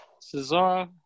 Cesar